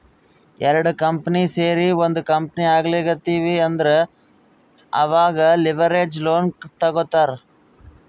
ಎರಡು ಕಂಪನಿ ಸೇರಿ ಒಂದ್ ಕಂಪನಿ ಆಗ್ಲತಿವ್ ಅಂದುರ್ ಅವಾಗ್ ಲಿವರೇಜ್ ಲೋನ್ ತಗೋತ್ತಾರ್